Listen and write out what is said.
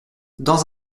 dans